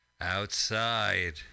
Outside